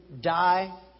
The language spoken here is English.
die